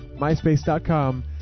myspace.com